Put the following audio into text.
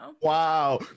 wow